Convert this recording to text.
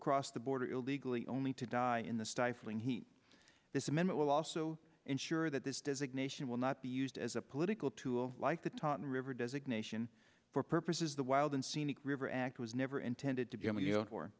cross the border illegally only to die in the stifling heat this minute will also ensure that this designation will not be used as a political tool like the tartan river designation for purposes the wild and scenic river act was never intended to